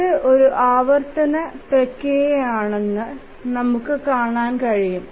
ഇത് ഒരു ആവർത്തന പ്രക്രിയയാണെന്ന് നമുക്ക് കാണാൻ കഴിയും